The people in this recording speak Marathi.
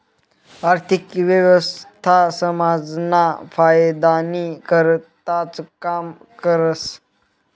आर्थिक व्यवस्था समाजना फायदानी करताच काम करस